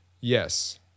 yes